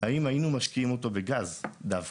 האם היינו משקיעים אותו בגז דווקא?